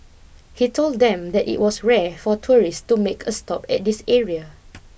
he told them that it was rare for tourists to make a stop at this area